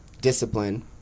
discipline